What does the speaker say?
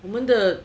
我们的